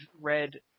read